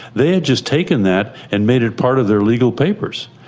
they had just taken that and made it part of their legal papers.